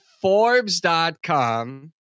Forbes.com